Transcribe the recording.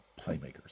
playmakers